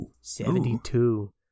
Seventy-two